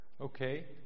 Okay